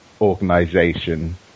organization